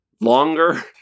longer